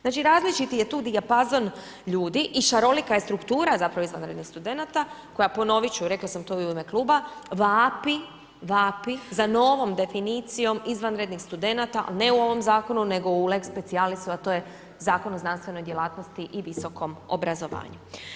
Znači različiti je tu dijapazon ljudi i šarolika je struktura zapravo izvanrednih studenata koja ponovit ću, rekla sam to i u ime kluba, vapi, vapi za novom definicijom izvanrednih studenata ne ovom zakonu nego u lex specialisu a to je Zakon o znanstvenoj djelatnosti i visokom obrazovanju.